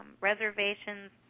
reservations